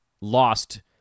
lost